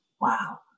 Wow